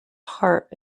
heart